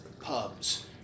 pubs